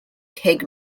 tank